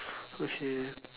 okay